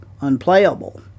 unplayable